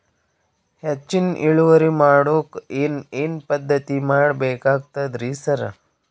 ಹೆಚ್ಚಿನ್ ಇಳುವರಿ ಮಾಡೋಕ್ ಏನ್ ಏನ್ ಪದ್ಧತಿ ಮಾಡಬೇಕಾಗ್ತದ್ರಿ ಸರ್?